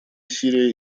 сирия